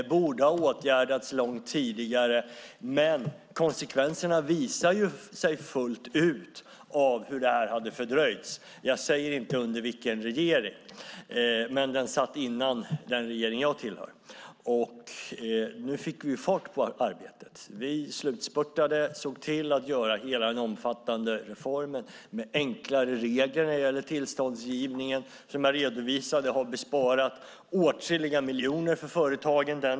Det borde ha åtgärdats långt tidigare, men det hade fördröjts. Jag säger inte under vilken regering, men den satt före den regering jag tillhör. Nu fick vi fart på arbetet. Vi spurtade och såg till att göra hela den omfattande reformen med enklare regler när det gäller tillståndsgivningen. Det har, som jag redovisade, besparat företagen åtskilliga miljoner.